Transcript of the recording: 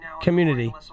Community